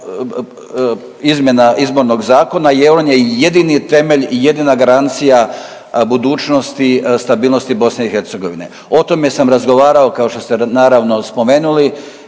izmjena izbornog zakona jer on je jedini temelj i jedina garancija budućnosti stabilnosti BiH. O tome sam razgovarao kao što ste naravno spomenuli